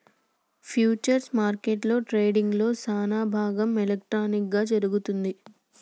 futures మార్కెట్లో ట్రేడింగ్లో సానాభాగం ఎలక్ట్రానిక్ గా జరుగుతుంది